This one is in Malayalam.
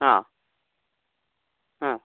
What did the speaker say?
ആ ആ